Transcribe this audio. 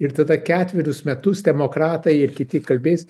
ir tada ketverius metus demokratai ir kiti kalbės